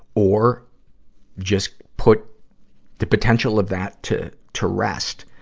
or just put the potential of that to, to rest.